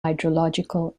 hydrological